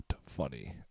funny